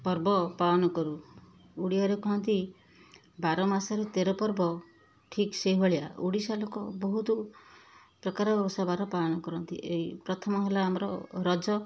ପର୍ବ ପାଳନ କରୁ ଓଡ଼ିଆରେ କହନ୍ତି ବାରମାସରେ ତେରପର୍ବ ଠିକ୍ ସେହିଭଳିଆ ଓଡ଼ିଶାଲୋକ ବହୁତ ପ୍ରକାର ଓଷାବାର ପାଳନ କରନ୍ତି ଏଇ ପ୍ରଥମ ହେଲା ଆମର ରଜ